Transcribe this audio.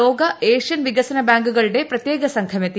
ലോകഏഷ്യൻ വികസന ബാങ്കുകളുടെ പ്രത്യേകസംഘം എത്തി